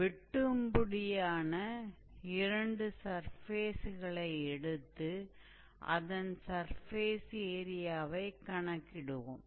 வெட்டும்படியான இரண்டு சர்ஃபேஸ்களை எடுத்து அதன் சர்ஃபேஸ் ஏரியாவைக் கணக்கிடுவோம்